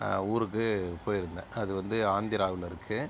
ஊருக்கு போயிருந்தேன் அது வந்து ஆந்திராவில் இருக்குது